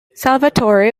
salvatore